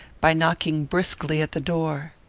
by knocking briskly at the door.